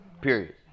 Period